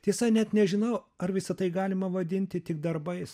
tiesa net nežinau ar visa tai galima vadinti tik darbais